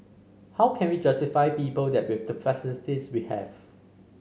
how can we justify people that with the facilities we have